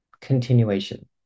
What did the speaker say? continuation